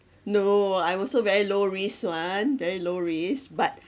no I also very low risk [one] very low risk but